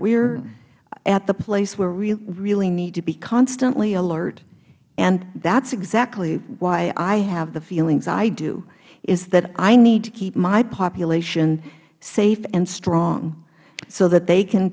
are at the place where we really need to be constantly alert and that is exactly why i have the feelings i do is that i need to keep my population safe and strong so that they can